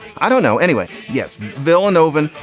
i don't know anyway. yes. villanova's.